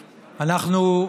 אנחנו,